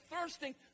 thirsting